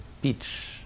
beach